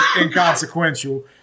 inconsequential